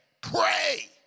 Pray